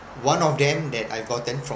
one of them that I've gotten from